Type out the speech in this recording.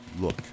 Look